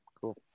Cool